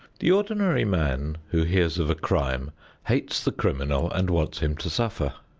the ordinary man who hears of a crime hates the criminal and wants him to suffer.